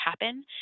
happen